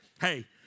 hey